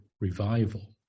revival